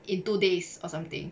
in two days or something